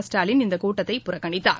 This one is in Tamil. ஸ்டாலின் இந்த கூட்டத்தை புறக்கணித்தார்